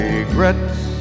Regrets